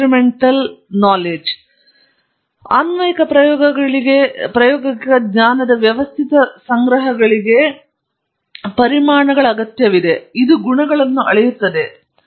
ಎರಡನೆಯದು ಅನ್ವಯಿಕಗಳಿಗೆ ಪ್ರಾಯೋಗಿಕ ಜ್ಞಾನದ ವ್ಯವಸ್ಥಿತ ಸಂಗ್ರಹವಾಗಿದೆ ಇದು ಗುಣಗಳನ್ನು ಅಳೆಯುತ್ತದೆ